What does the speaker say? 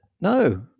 No